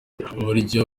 uburyo